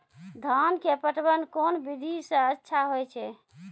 धान के पटवन कोन विधि सै अच्छा होय छै?